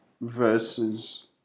versus